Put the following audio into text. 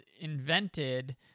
invented